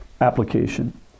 application